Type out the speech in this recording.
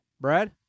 Brad